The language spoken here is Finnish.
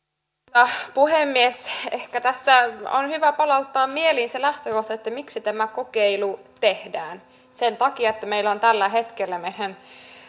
arvoisa puhemies ehkä tässä on hyvä palauttaa mieliin se lähtökohta miksi tämä kokeilu tehdään sen takia että meillä on tällä hetkellä